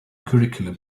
curriculum